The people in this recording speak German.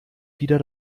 wieder